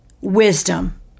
wisdom